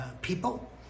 people